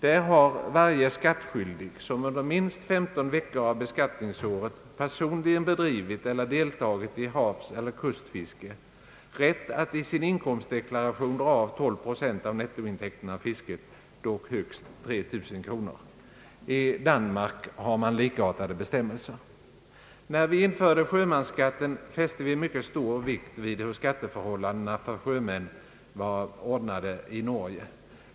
Där har varje skattskyldig, som under minst femton veckor av beskattningsåret personligen bedrivit eller deltagit i havseller kustfiske, rätt att i sin inkomstdeklaration dra av 12 procent av nettointäkten av fisket, dock högst 3 000 kronor. I Danmark har man likartade bestämmelser. När vi införde sjömansskatten fäste vi mycket stor vikt vid hur skatteförhållandena för sjömän var ordnade i Norge.